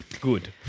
good